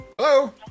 hello